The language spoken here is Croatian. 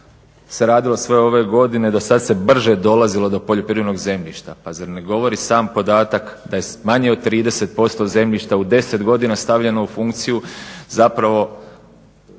se radilo sve ove godine, dosad se brže dolazilo do poljoprivrednog zemljišta. Pa zar ne govori sam podatak da je manje od 30% zemljišta u 10 godina stavljeno u funkciju zapravo